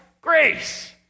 Grace